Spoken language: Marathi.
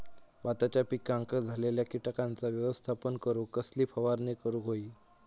भाताच्या पिकांक झालेल्या किटकांचा व्यवस्थापन करूक कसली फवारणी करूक होई?